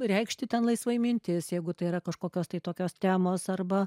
reikšti ten laisvai mintis jeigu tai yra kažkokios tai tokios temos arba